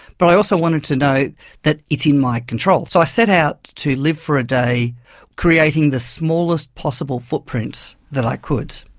but i also wanted to know that it's in my control. so i set out to live for a day creating the smallest possible footprint that i could.